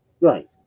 Right